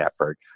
effort